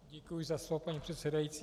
Děkuji za slovo, paní předsedající.